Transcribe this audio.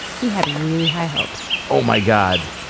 he had really high hopes oh my god!